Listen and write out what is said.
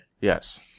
Yes